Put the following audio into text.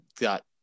got